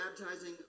baptizing